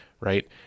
right